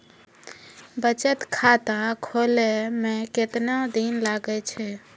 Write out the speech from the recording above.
बचत खाता खोले मे केतना दिन लागि हो?